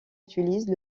utilise